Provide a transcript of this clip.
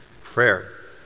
Prayer